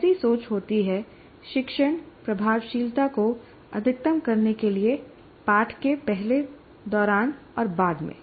ऐसी सोच होती है शिक्षण प्रभावशीलता को अधिकतम करने के लिए पाठ के पहले दौरान और बाद में